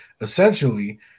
essentially